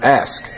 ask